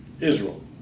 Israel